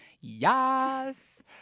yes